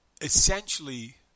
essentially